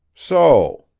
so.